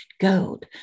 gold